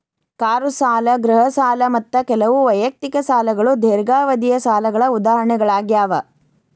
car ಸಾಲ ಗೃಹ ಸಾಲ ಮತ್ತ ಕೆಲವು ವೈಯಕ್ತಿಕ ಸಾಲಗಳು ದೇರ್ಘಾವಧಿಯ ಸಾಲಗಳ ಉದಾಹರಣೆಗಳಾಗ್ಯಾವ